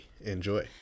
Enjoy